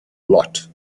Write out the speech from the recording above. lot